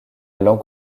langue